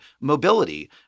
mobility